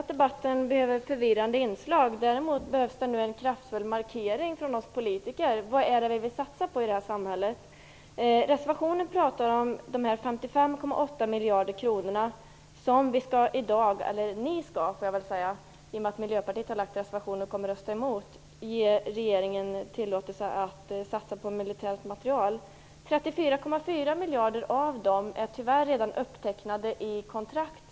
Fru talman! Jag tycker inte heller att debatten behöver förvirrande inslag. Däremot behövs det nu en kraftfull markering från oss politiker. Vad är det vi vill satsa på i det här samhället? I reservationen talas om de 55,8 miljarder kronor som ni - Miljöpartiet har ju reserverat sig och kommer att rösta emot - ger regeringen tillåtelse att satsa på militärt materiel. 34,4 miljarder av dessa är tyvärr redan upptecknade i kontrakt.